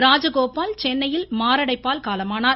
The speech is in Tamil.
ராஜகோபால் சென்னையில் மாரடைப்பால் காலமானார்